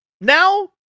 now